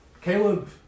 Caleb